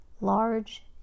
large